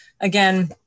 Again